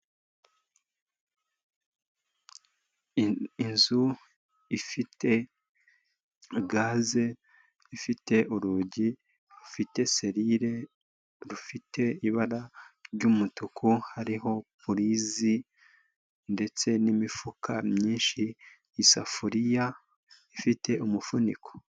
Inzu ifite gaze, ifite urugi rufite selile, rufite ibara ry'umutuku hariho purizi ndetse n'imifuka myinshi, isafuriya ifite umufuniko.